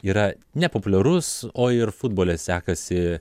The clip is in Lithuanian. yra nepopuliarus o ir futbole sekasi